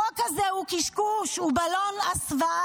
החוק הזה הוא קשקוש, הוא בלון הסוואה.